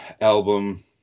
album